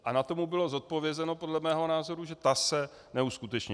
Na tu mu bylo odpovězeno, podle mého názoru, že ta se neuskuteční.